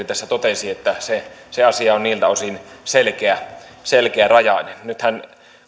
tässä totesi että se se asia on niiltä osin selkeärajainen nythän